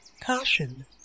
Caution